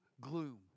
gloom